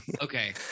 Okay